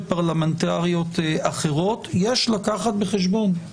פרלמנטריות אחרות יש לקחת בחשבון.